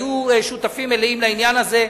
היו שותפים מלאים לעניין הזה.